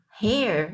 hair